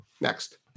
Next